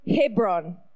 Hebron